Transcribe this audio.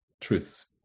truths